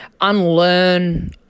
unlearn